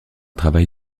travail